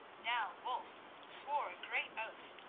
now wulf swore a great oath,